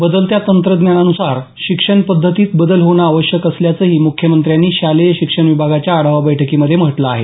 बदलत्या तंत्रज्ञानानुसार शिक्षण पद्धतीत बदल होणं आवश्यक असल्याचंही मुख्यमंत्र्यांनी शालेय शिक्षण विभागाच्या आढावा बैठकीमध्ये म्हटलं आहे